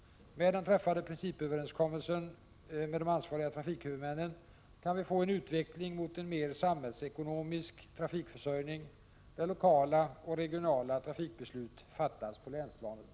Med den träffade principöverenskommelsen med de ansvariga trafikhuvudmännen kan vi få en utveckling mot en mer samhällsekonomisk trafikförsörjning, där lokala och regionala trafikbeslut fattas på länsplanet.